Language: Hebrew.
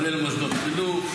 כולל מוסדות חינוך,